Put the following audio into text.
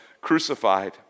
crucified